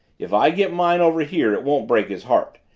if i get mine over here it won't break his heart.